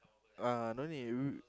uh no need we